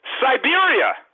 siberia